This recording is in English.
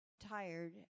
tired